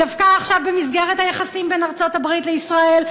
דווקא עכשיו במסגרת היחסים בין ארצות-הברית לישראל,